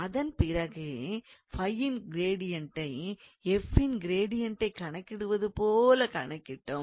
அதன் பிறகு 𝜑 ன் கிரேடியன்டை f ன் கிரேடியன்டைக் கணக்கிடுவது போலக் கணக்கிட்டோம்